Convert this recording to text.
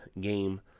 game